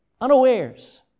unawares